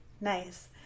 nice